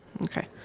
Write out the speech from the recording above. okay